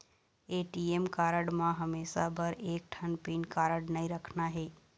ATM card म हमेशा बर एक ठन पिन काबर नई रखना हे?